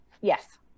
Yes